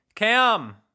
Cam